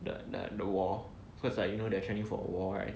the the the war because like you know that they are training for the war right